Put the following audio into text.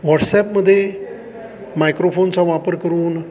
व्हॉट्सॲपमध्ये मायक्रोफोनचा वापर करून